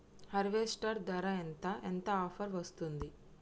Harvester ధర ఎంత ఎంత ఆఫర్ వస్తుంది?